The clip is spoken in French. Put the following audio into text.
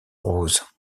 rose